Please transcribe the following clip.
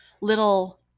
little